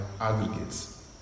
aggregates